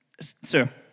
sir